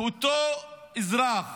אותו אזרח